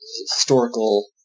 historical